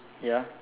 ya